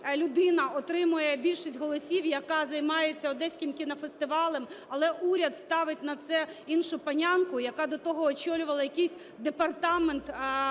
людина отримує більшість голосів, яка займається Одеським кінофестивалем, але уряд ставить на це іншу панянку, яка до того очолювала якийсь департамент